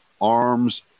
arms